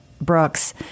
Brooks